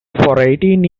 eighteen